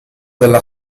della